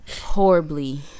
horribly